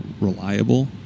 reliable